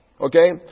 Okay